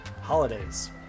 holidays